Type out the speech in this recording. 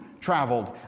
traveled